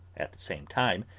at the same time,